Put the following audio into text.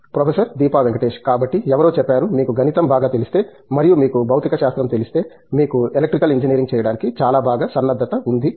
professor Deepa Venkatesh కాబట్టి ఎవరో చెప్పారు మీకు గణితం బాగా తెలిస్తే మరియు మీకు భౌతికశాస్త్రం తెలిస్తే మీకు ఎలక్ట్రికల్ ఇంజనీరింగ్ చేయడానికి చాలా బాగా సన్నద్ధత ఉంది అని